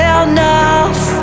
enough